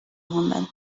woman